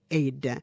aid